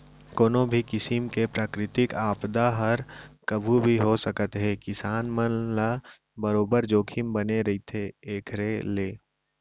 कोनो भी किसिम के प्राकृतिक आपदा हर कभू भी हो सकत हे किसान मन ल बरोबर जोखिम बने रहिथे एखर ले